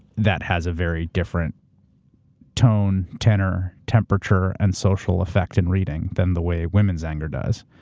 that has a very different tone, tenor, temperature, and social effect in reading than the way women's anger does.